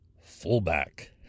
fullback